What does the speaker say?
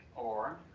or,